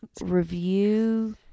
Review